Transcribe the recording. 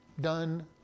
done